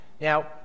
Now